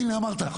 הנה אמרת,